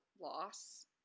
loss